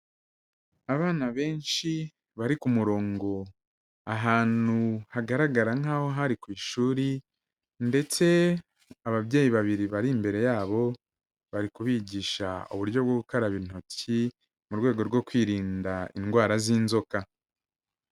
Abana benshi bari ku murongo ahantu hagaragara nkaho hari ku ishuri ndetse ababyeyi babiri bari imbere ya bo bari kubigisha uburyo bwo gukaraba intoki mu rwego rwo kwirinda indwara z'inzoka.